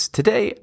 Today